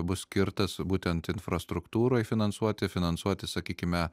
bus skirtas būtent infrastruktūrai finansuoti finansuoti sakykime